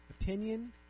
Opinion